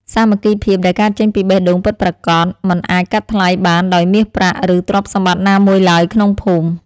សាមគ្គីភាពដែលកើតចេញពីបេះដូងពិតប្រាកដមិនអាចកាត់ថ្លៃបានដោយមាសប្រាក់ ឬទ្រព្យសម្បត្តិណាមួយឡើយក្នុងភូមិ។